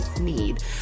need